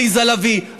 עליזה לביא,